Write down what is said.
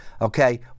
okay